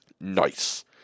Nice